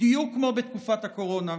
בדיוק כמו בתקופת הקורונה,